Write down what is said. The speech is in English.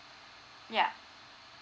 yeah